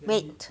wait